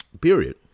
Period